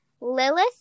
Lilith